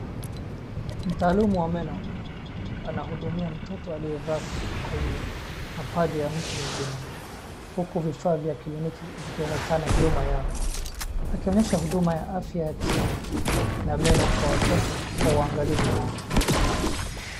Mtaalamu wa meno anahudumia mtoto aliyekaa kwenye mapaja ya mtu mzima. Huku vifaa vya kliniki vikionekana nyuma yao, akionyesha huduma ya afya ya Kenya na meno kwa watoto kwa uangalifu na usalama.